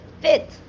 fit